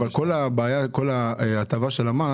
אבל כל הבעיה היא שבנוגע לכל ההטבה של המס,